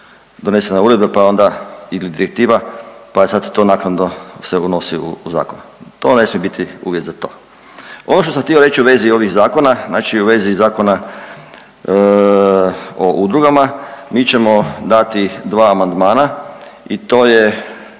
donesena uredba ili direktiva, pa je sad to naknadno se unosi u zakon. To ne smije biti uvjet za. Ono što sam htio reći u vezi ovih zakona, znači u vezi Zakona o udrugama, mi ćemo dati dva amandmana i to je